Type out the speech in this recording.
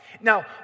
Now